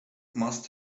must